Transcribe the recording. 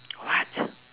what